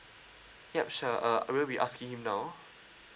yup sure uh will you be asking him now